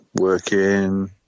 Working